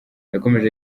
yakomeje